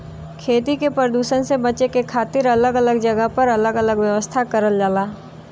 खेती के परदुसन से बचे के खातिर अलग अलग जगह पर अलग अलग व्यवस्था करल जाला